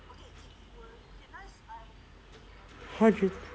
okay